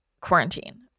quarantine